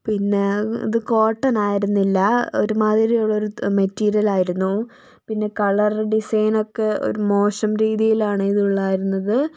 പിന്നെ ഇതു കോട്ടൺ ആയിരുന്നില്ല ഒരുമാതിരിയുള്ളൊരു മെറ്റീരിയൽ ആയിരുന്നു പിന്നെ കളർ ഡിസൈൻ ഒക്കെ ഒരു മോശം രീതിയിലാണ് ഇതുണ്ടായിരുന്നത്